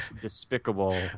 despicable